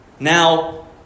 Now